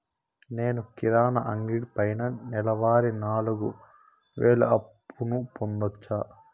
నేను కిరాణా అంగడి పైన నెలవారి నాలుగు వేలు అప్పును పొందొచ్చా?